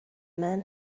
man